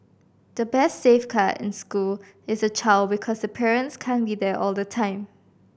the best safe card in the school is the child because the parents can't be there all the time